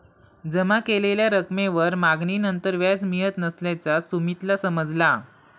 जमा केलेल्या रकमेवर मागणीनंतर व्याज मिळत नसल्याचा सुमीतला समजला